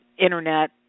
Internet